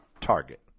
target